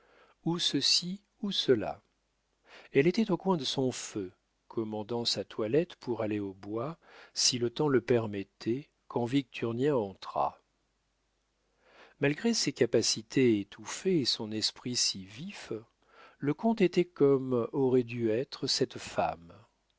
ou ceci ou cela elle était au coin de son feu commandant sa toilette pour aller au bois si le temps le permettait quand victurnien entra malgré ses capacités étouffées et son esprit si vif le comte était comme aurait dû être cette femme